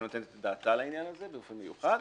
היא נותנת את דעתה על העניין הזה באופן מיוחד,